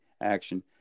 action